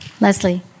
Leslie